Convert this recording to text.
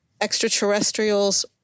extraterrestrials